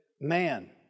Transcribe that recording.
man